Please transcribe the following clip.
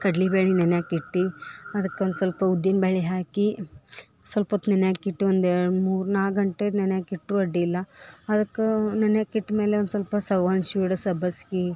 ಕಡ್ಲಿ ಬೇಳೆ ನೆನಿಯಕಿಟ್ಟು ಅದಕ್ಕೆ ಒಂದು ಸ್ವಲ್ಪ ಉದ್ದಿನ ಬ್ಯಾಳೆ ಹಾಕಿ ಸೊಲ್ಪೊತ್ತು ನೆನಿಯಕಿಟ್ಟು ಒಂದೆರಡು ಮೂರು ನಾಲ್ಕು ಗಂಟೆ ನೆನಿಯಕ್ಕಿಟ್ಟರೂ ಅಡ್ಡಿಯಿಲ್ಲ ಅದಕ್ಕ ನೆನಿಯಕಿಟ್ಟ ಮೇಲೆ ಒಂದು ಸ್ವಲ್ಪ ಸಬ್ಬಸ್ಗಿ